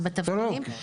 ובתפקידים.